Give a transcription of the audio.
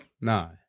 no